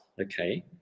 Okay